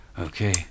Okay